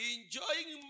Enjoying